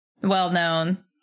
well-known